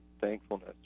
thankfulness